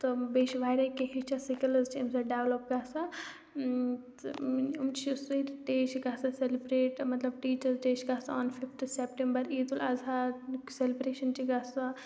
تہٕ بیٚیہِ چھِ واریاہ کیٚنٛہہ ہیٚچھان سِکِلٕز چھِ اَمہِ سۭتۍ ڈٮ۪ولَپ گژھان تہٕ یِم چھِ سُے ڈے چھِ گژھان سٮ۪لِبرٛیٹ مطلب ٹیٖچٲرٕز ڈے چھِ گژھان on fifth September Eid ul Adha celebration چھِ گژھان